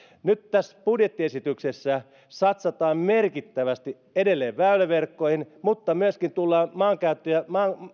nyt tässä budjettiesityksessä satsataan merkittävästi edelleen väyläverkkoihin mutta myöskin tullaan maankäyttö ja